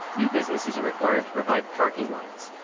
new businesses are required to provide parking lots.